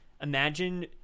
Imagine